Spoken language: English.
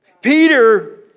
Peter